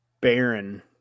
Baron